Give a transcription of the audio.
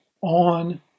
on